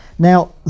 Now